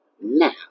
now